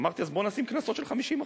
אז בוא נשים קנסות של 50%,